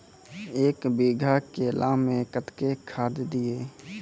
एक बीघा केला मैं कत्तेक खाद दिये?